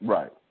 Right